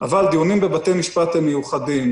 אבל דיונים בבתי המשפט הם מיוחדים,